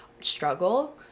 struggle